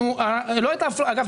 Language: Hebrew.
אגב,